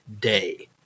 Day